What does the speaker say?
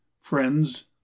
Friends